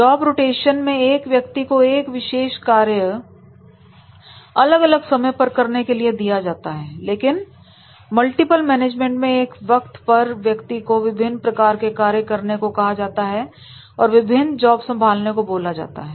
job rotation में एक व्यक्ति को एक विशेष कार्य अलग अलग समय पर करने के लिए दिया जाता है लेकिन मल्टीपल मैनेजमेंट में एक वक्त पर व्यक्ति को विभिन्न प्रकार के कार्य करने को कहा जाता है और विभिन्न जॉब संभालने को बोला जाता है